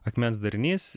akmens darinys